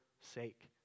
sake